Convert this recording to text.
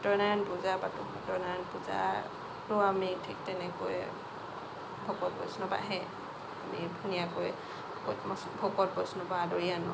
সত্যনাৰায়ণ পূজা পাতোঁ সত্যনাৰায়ণ পূজাতো আমি ঠিক তেনেকৈ ভকত বৈষ্ণৱ আহে আমি ধুনীয়াকৈ ভক ভকত বৈষ্ণৱক আদৰি আনো